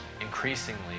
increasingly